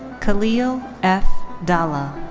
khalil f dhalla.